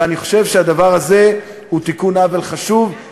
ואני חושב שהדבר הזה הוא תיקון חשוב של עוול.